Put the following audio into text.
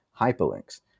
hyperlinks